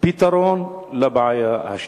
פתרון של הבעיה השנייה?